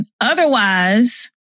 otherwise